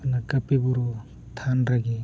ᱚᱱᱟ ᱠᱟᱹᱯᱤ ᱵᱩᱨᱩ ᱛᱷᱟᱱ ᱨᱮᱜᱮ